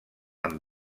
amb